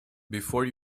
before